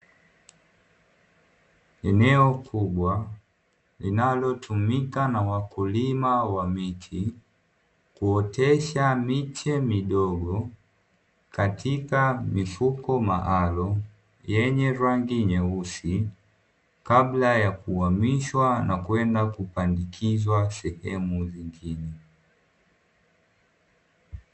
Eneo kubwa linalotumika na wakulima wa miti kuotesha miche midogo katika mifuko maalumu yenye rangi nyeusi, kabla ya kuhamishwa na kwenda kupandikizwa sehemu nyingine.